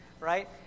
right